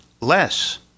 less